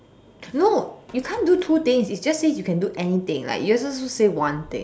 no you can't do two things it's just say you can do anything like you are supposed to say one thing